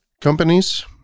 Companies